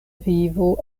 vivo